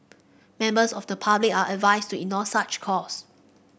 members of the public are advised to ignore such calls